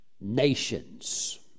nations